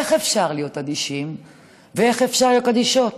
איך אפשר להיות אדישים ואיך אפשר להיות אדישות?